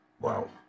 Wow